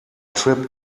trip